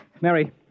Mary